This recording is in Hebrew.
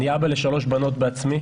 אני בעצמי